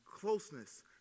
closeness